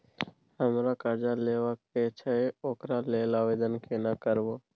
हमरा कर्जा लेबा के छै ओकरा लेल आवेदन केना करबै?